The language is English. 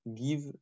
give